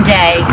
day